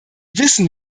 wissen